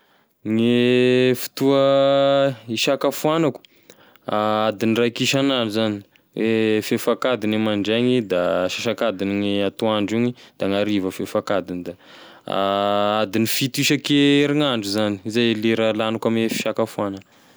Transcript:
Gne fotoa isakafohanako adiny raika isan'andro zany, e fefakadiny mandraigny, asasakadiny gn'atoandro igny da gn'hariva fefakadiny, da adin'ny fito isakerignandro zany izy lera laniko ame fisakafoagna.